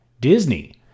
Disney